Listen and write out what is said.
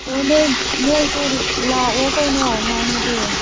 ꯑꯣ ꯅꯣꯏ ꯅꯣꯏꯁꯨ ꯂꯥꯛꯑꯣ ꯀꯩꯅꯣ ꯅꯣꯡꯃꯗꯤ